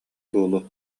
буолуо